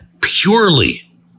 purely